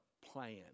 plan